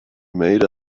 made